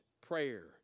prayer